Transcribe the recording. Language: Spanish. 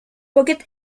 pocket